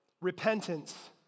Repentance